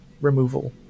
removal